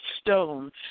Stone